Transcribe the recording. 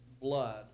blood